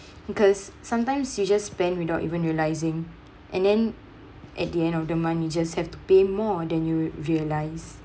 because sometimes you just spend without even realising and then at the end of the month you just have to pay more than you will realise